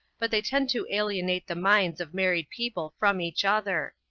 but they tend to alienate the minds of married people from each other.